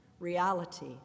Reality